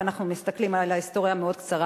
אם אנחנו מסתכלים על ההיסטוריה המאוד-קצרה